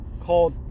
called